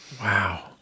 Wow